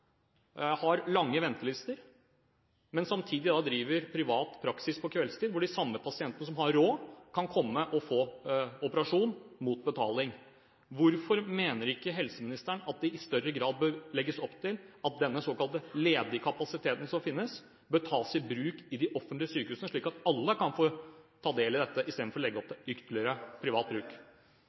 har lange ventelister, men samtidig driver privat praksis på kveldstid, hvor de pasientene som har råd, kan komme og få operasjon mot betaling. Hvorfor mener ikke helseministeren at det i større grad bør legges opp til at den såkalt ledige kapasiteten som finnes, bør tas i bruk i de offentlige sykehusene, slik at alle kan få ta del i dette, istedenfor å legge opp til ytterligere privat bruk?